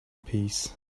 peace